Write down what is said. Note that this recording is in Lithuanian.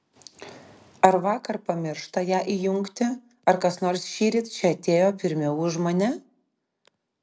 ar vakar pamiršta ją įjungti ar kas nors šįryt čia atėjo pirmiau už mane